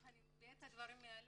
אני מביאה את הדברים מהלב.